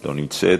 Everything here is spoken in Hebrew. לא נמצאת.